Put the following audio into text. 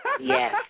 Yes